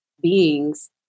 beings